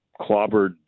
clobbered